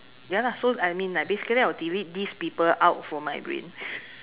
ya lah so I mean like basically I will delete these people out from my brain